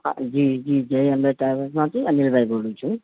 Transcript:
હા હા જી જી જય અંબે ટ્રાવેલ્સમાંથી અનિલભાઈ બોલું છું